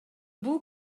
бул